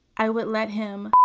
i would let him.